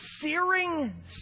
searing